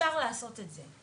אפשר לעשות את זה,